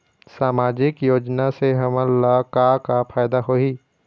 सामाजिक योजना से हमन ला का का फायदा होही?